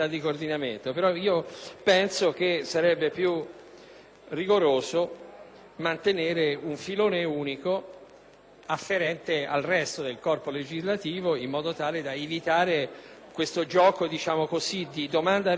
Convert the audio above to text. rigoroso mantenere un filone unico afferente al resto del corpo legislativo, per evitare questo gioco di domanda e risposta che le leggi alla fine fanno tra loro.